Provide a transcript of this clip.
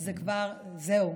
עכשיו זהו,